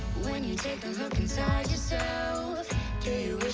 when you take a look inside yourself do